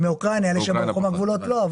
מאוקראינה, אלה שברחו מהגבולות, לא.